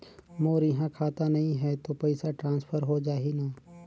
मोर इहां खाता नहीं है तो पइसा ट्रांसफर हो जाही न?